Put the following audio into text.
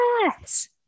Yes